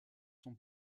son